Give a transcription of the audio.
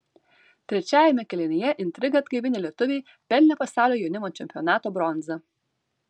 trečiajame kėlinyje intrigą atgaivinę lietuviai pelnė pasaulio jaunimo čempionato bronzą